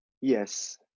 yes